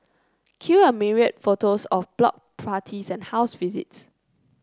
cue a myriad photos of block parties and house visits